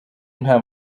nta